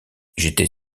j’étais